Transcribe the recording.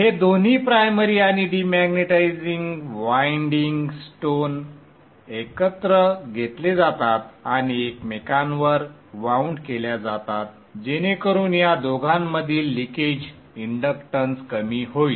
हे दोन्ही प्राइमरी आणि डिमॅग्नेटिझिंग वायंडिंग स्टोन एकत्र घेतले जातात आणि एकमेकांवर वाऊंड केल्या जातात जेणेकरून या दोघांमधील लिकेज इंडक्टन्स कमी होईल